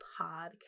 podcast